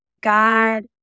God